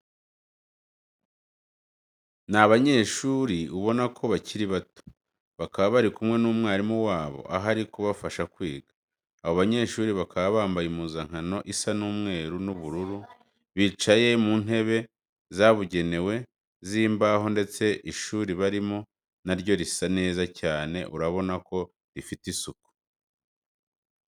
Ni abanyeshuri ubona ko bakiri bato, bakaba bari kumwe n'umwarimu wabo aho ari kubafasha kwiga. Abo banyeshuri bakaba bambaye impuzankano isa umweru n'ubururu. Bicaye mu ntebe zabugenewe z'imbaho ndetse ishuri barimo na ryo rirasa neza cyane urabona ko rifite isuku.